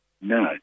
No